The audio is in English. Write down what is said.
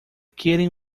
kitten